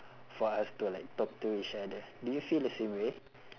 for us to like talk to each other do you feel the same way